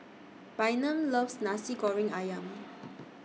Bynum loves Nasi Goreng Ayam